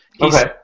Okay